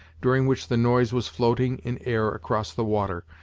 during which the noise was floating in air across the water,